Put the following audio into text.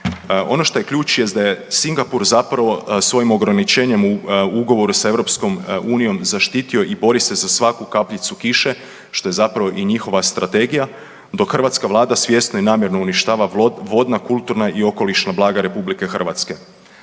Ono što je ključ jest da je Singapur zapravo svojim ograničenjem u ugovoru s EU zaštitio i bori se za svaku kapljicu kiše što je zapravo i njihova strategija dok hrvatska Vlada svjesno i namjerno uništava vodna, kulturna i okolišna blaga RH. A voda je